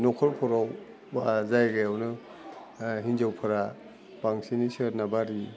न'खरफोराव बा जायगायावनो हिनजावफोरा बांसिनै सोनाबारि